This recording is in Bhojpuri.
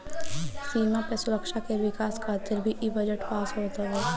सीमा पअ सुरक्षा के विकास खातिर भी इ बजट पास होत हवे